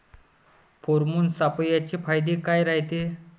Pheromone सापळ्याचे फायदे काय रायते?